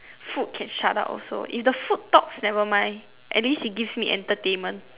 food can shut up also if the food talks never mind at least it gives me entertainment